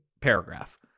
paragraph